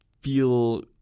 feel